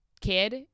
kid